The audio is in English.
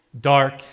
dark